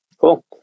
Cool